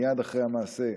מייד אחרי המעשה,